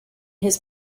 his